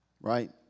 Right